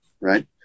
right